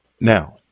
Now